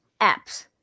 apps